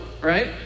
Right